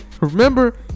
remember